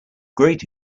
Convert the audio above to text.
great